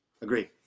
Agree